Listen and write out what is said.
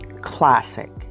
classic